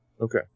Okay